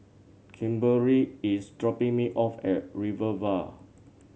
Kimberely is dropping me off at Rivervale